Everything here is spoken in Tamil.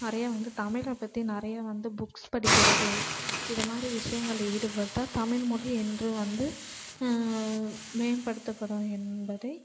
நிறையா வந்து தமிழை பற்றி நிறையா வந்து புக்ஸ் படிக்கிறது இதை மாதிரி விஷயங்களில் ஈடுபட்டால் தமிழ்மொழி என்றும் வந்து மேம்படுத்தப்படும் என்பதை